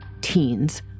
teens